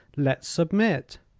let's submit.